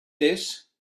this